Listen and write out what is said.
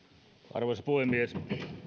arvoisa puhemies